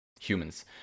humans